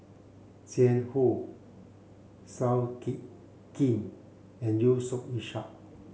Jiang Hu Seow Ki Kin and Yusof Ishak